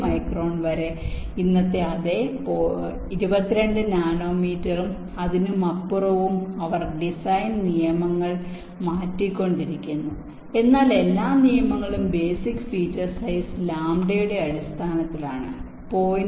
12 micron വരെ ഇന്നത്തെ അതേ 22 നാനോ മീറ്ററും അതിനുമപ്പുറവും അവർ ഡിസൈൻ നിയമങ്ങൾ മാറ്റിക്കൊണ്ടിരിക്കുന്നു എന്നാൽ എല്ലാ നിയമങ്ങളും ബേസിക് ഫീച്ചർ സൈസ് ലാംഡയുടെ അടിസ്ഥാനത്തിലാണ് 0